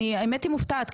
האמת היא שאני מופתעת,